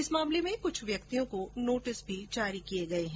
इस मामले में कुछ व्यक्तियों को नोटिस भी जारी किये गये हैं